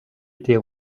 était